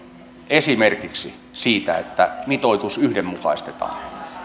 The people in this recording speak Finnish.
esimerkiksi siitä että mitoitus yhdenmukaistetaan